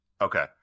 Okay